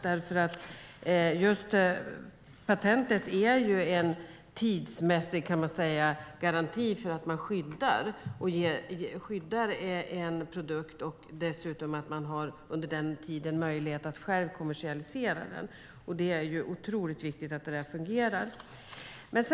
Man kan säga att patent är en tidsmässig garanti för att en produkt skyddas, och under den tiden har man möjlighet att kommersialisera produkten själv. Det är otroligt viktigt att detta fungerar.